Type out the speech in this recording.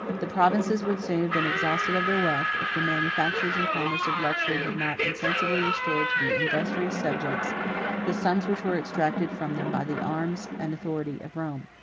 the provinces would soon have been exhausted of their wealth, if the manufactures and commerce of luxury had not insensibly restored to the industrious subjects the sums which were exacted from them by the arms and authority of rome.